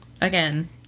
Again